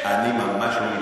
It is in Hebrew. תתבייש.